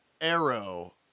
arrow